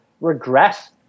regress